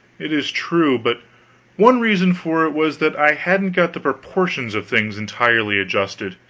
it is true but one reason for it was that i hadn't got the proportions of things entirely adjusted,